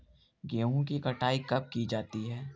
गेहूँ की कटाई कब की जाती है?